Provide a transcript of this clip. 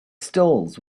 stalls